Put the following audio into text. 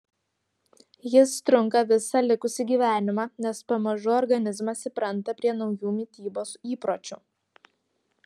jis trunka visą likusį gyvenimą nes pamažu organizmas įpranta prie naujų mitybos įpročių